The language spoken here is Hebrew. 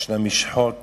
ישנן משחות